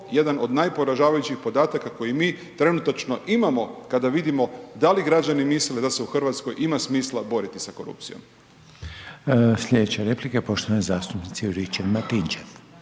jedan od najporažavajućih podataka koji mi trenutačno imamo kada vidimo da li građani misle da se u Hrvatskoj ima smisla boriti sa korupcijom.